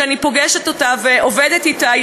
שאני פוגשת אותה ועובדת אתה,